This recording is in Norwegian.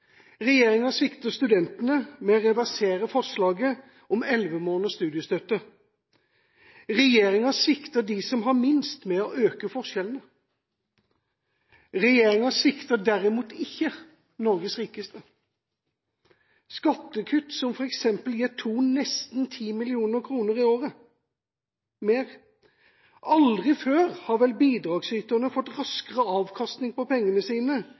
Regjeringa svikter studentene med å reversere forslaget om elleve måneders studiestøtte. Regjeringa svikter dem som har minst med å øke forskjellene. Regjeringa svikter derimot ikke Norges rikeste. Skattekutt som f.eks. gir Thon nesten 10 mill. kr mer i året – aldri før har vel bidragsyterne fått raskere avkastning på pengene sine